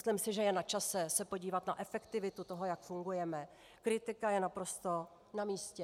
Myslím si, že je načase se podívat na efektivitu toho, jak fungujeme, kritika je naprosto namístě.